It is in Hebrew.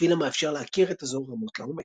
שביל המאפשר להכיר את אזור הרמות לעומק.